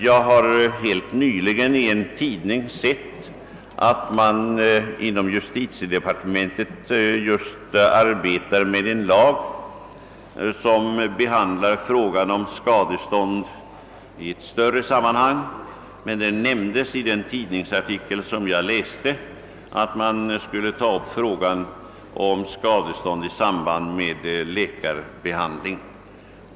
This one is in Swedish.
Jag har helt nyligen i en tidning sett att man inom justitiedepartementet arbetar med en lag som behandlar frågan om skadestånd i ett större sammanhang. I tidningsartikeln nämndes att man även ämnar ta upp frågan om skadestånd i sådana fall, då skadan har samband med läkarbehandling.